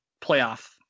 playoff